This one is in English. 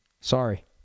Sorry